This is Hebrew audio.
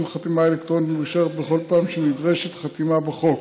בחתימה אלקטרונית מאושרת בכל פעם שנדרשת חתימה בחוק.